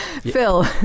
Phil